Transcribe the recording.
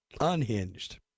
Unhinged